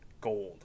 Gold